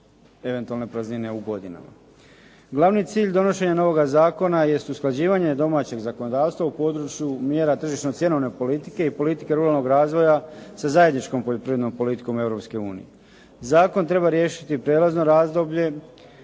eventualne praznine u godinama. Glavni cilj donošenja novoga zakona jest usklađivanje domaćeg zakonodavstva u području mjera tržišno cjenovne politike i politike ruralnog razvoja sa zajedničkom poljoprivrednom politikom Europske unije. Zakon treba riješiti prijelazno razdoblje